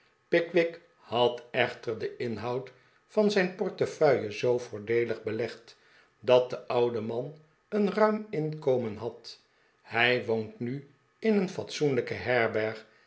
pickwick had echter dehinhoud van zijn portefeuille zoo voordeelig belegd dat de oude man een ruim inkomen had hij woont nu in een fatsoenlijke herberg